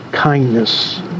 Kindness